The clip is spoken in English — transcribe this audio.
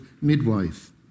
midwife